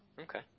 Okay